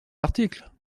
article